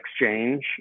exchange